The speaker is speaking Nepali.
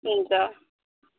हुन्छ